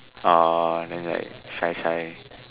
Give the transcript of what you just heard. ah then like shy shy